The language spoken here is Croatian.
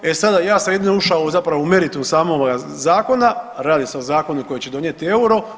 E sada ja sam jedini ušao zapravo u meritum samoga zakona, radi se o Zakonu koji će donijeti euro.